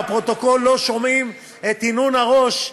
בפרוטוקול לא שומעים את הנהון הראש.